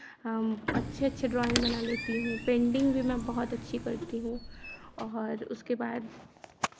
हम अच्छे अच्छे ड्राॅइंग बना लेती हूँ पेंटिंग भी मैं बहुत अच्छी करती हूँ और उसके बाद